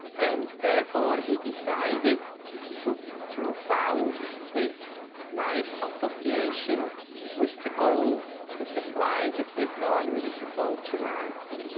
and therefore he decided to to found the swiss knife association with the goal to supply the swiss so army with the soldier knives.